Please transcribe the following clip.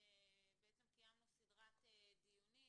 קיימנו סדרת דיונים.